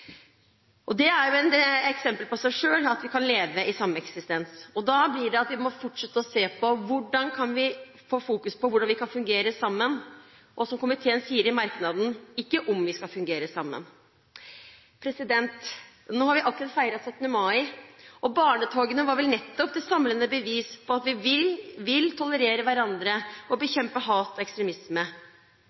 Det er jo i seg selv et eksempel på at vi kan leve i sameksistens. Da blir det at vi må fortsette med å se på hvordan vi kan fokusere på hvordan vi skal fungere sammen, og som komiteen sier i merknaden, «ikke om vi skal» fungere sammen. Nå har vi akkurat feiret 17. mai, og barnetogene er vel nettopp det samlende bevis på at vi vil tolerere hverandre og bekjempe hat og ekstremisme.